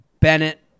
Bennett